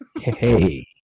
Hey